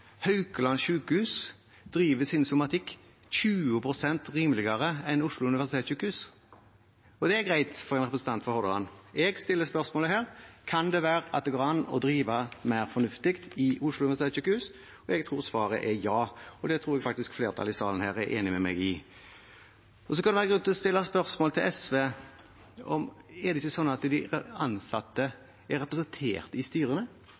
Haukeland universitetssjukehus driver sin somatikk 20 pst. rimeligere enn Oslo universitetssykehus – og det er greit for en representant fra Hordaland. Jeg stiller spørsmålet her: Kan det være at det går an å drive Oslo universitetssykehus mer fornuftig? Jeg tror svaret er ja, og det tror jeg faktisk flertallet i salen her er enig med meg i. Så kan det være grunn til å stille spørsmål til SV: Er det ikke sånn at de ansatte er representert i styrene?